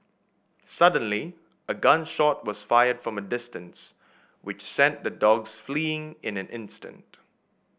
suddenly a gun shot was fired from a distance which sent the dogs fleeing in an instant